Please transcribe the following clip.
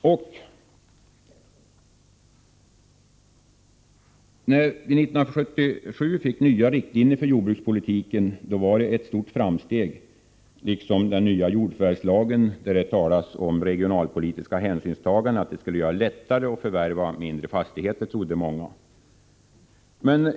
Att det 1977 fattades beslut om nya riktlinjer för jordbrukspolitiken innebar ett stort framsteg, liksom att den nya jordförvärvslagen infördes, där det även talas om regionalpolitiska hänsynstaganden. Det skulle bli lättare att förvärva mindre fastigheter, trodde många.